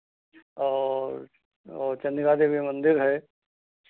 और और चन्द्रिका देवी मंदिर है